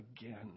again